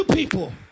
People